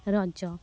Raja